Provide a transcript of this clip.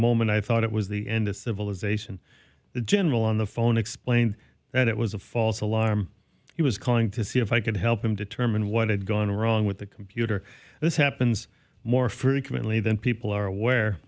moment i thought it was the end of civilization the general on the phone explained that it was a false alarm he was calling to see if i could help him determine what had gone wrong with the computer this happens more frequently than people are aware